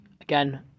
Again